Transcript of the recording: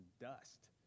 dust